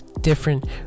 different